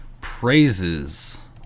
praises